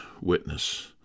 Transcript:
witness